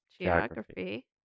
Geography